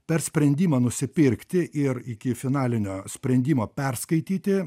per sprendimą nusipirkti ir iki finalinio sprendimo perskaityti